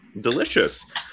Delicious